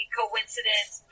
coincidence